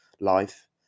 life